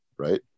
right